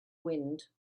wind